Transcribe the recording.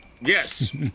Yes